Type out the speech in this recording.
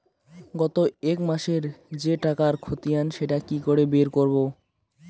গত এক মাসের যে টাকার খতিয়ান সেটা কি করে বের করব?